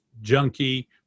junkie